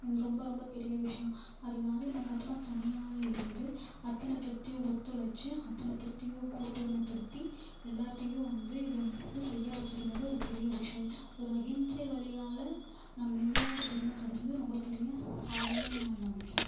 இது ரொம்ப ரொம்ப பெரிய விஷயம் அது காந்தி மகாத்மா தனியாளாக இருந்து அத்தனை பேருத்தையும் ஒத்துழைச்சு அத்தனை பேருத்தையும் கூட்டுரிமைப்படுத்தி எல்லார்த்தையும் வந்து இதை வந்து செய்ய வச்சுருந்தது ஒரு பெரிய விஷயம் ஒரு அஹிம்சை வழியால் நம்ம இந்தியாவுக்கு பெருமை கிடச்சது ரொம்ப பெரிய சாதனைன்னு நான் நினக்கிறேன்